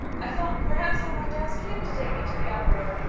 i thought perhaps i might ask him to take me to the opera.